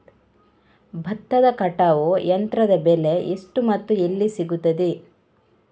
ಭತ್ತದ ಕಟಾವು ಯಂತ್ರದ ಬೆಲೆ ಎಷ್ಟು ಮತ್ತು ಎಲ್ಲಿ ಸಿಗುತ್ತದೆ?